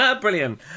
Brilliant